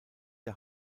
der